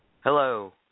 Hello